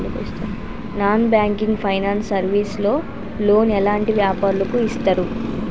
Non banking finance service లో loan ఎలాంటి వ్యాపారులకు ఇస్తరు?